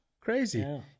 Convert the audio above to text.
Crazy